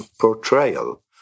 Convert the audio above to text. portrayal